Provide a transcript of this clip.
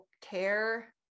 care